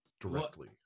directly